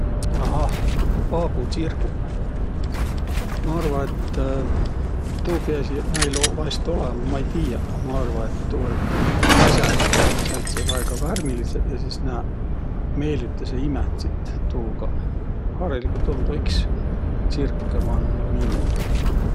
Ahah, paabutsirguq. Ma arva, et tuu piäsiq n- näil v- vaest olõma, a ma ei tiiäq, a ma arva, et tuu, et esädseq ummaq sääntseq väega värmilidseq ja sis nääq meelütäseq imätsit tuugaq. Hariligult um tuu iks tsirkõ man jo niimuudu.